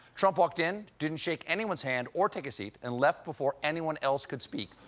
trump walked in, didn't shake anyone's hand or take a seat, and left before anyone else could speak.